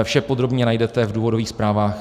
Vše podrobně najdete v důvodových zprávách.